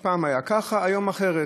פעם היה ככה, היום אחרת.